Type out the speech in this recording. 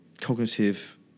cognitive